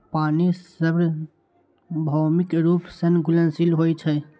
पानि सार्वभौमिक रूप सं घुलनशील होइ छै